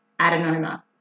adenoma